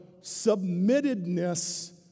submittedness